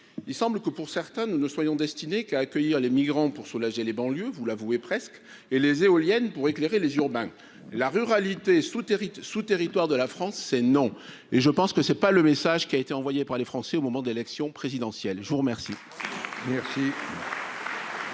il semble que pour certaines ne soyons destinée qu'à accueillir les migrants pour soulager les banlieues vous l'avouez presque et les éoliennes pour éclairer les urbains, la ruralité souterrain sous territoire de la France, c'est non et je pense que c'est pas le message qui a été envoyé par les Français au moment de l'élection présidentielle, je vous remercie.